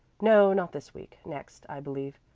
no, not this week next, i believe.